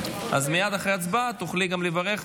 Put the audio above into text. מייד אחרי הצבעה תוכלי לברך,